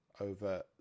over